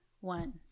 one